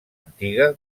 antiga